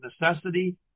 necessity